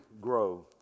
grow